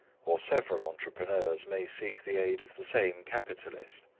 or several entrepreneurs may seek the aid of the same capitalist,